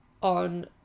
on